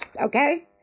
okay